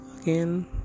again